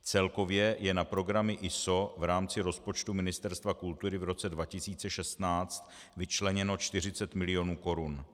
Celkově je na programy ISO v rámci rozpočtu Ministerstva kultury v roce 2016 vyčleněno 40 mil. korun.